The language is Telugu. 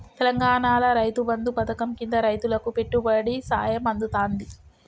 తెలంగాణాల రైతు బంధు పథకం కింద రైతులకు పెట్టుబడి సాయం అందుతాంది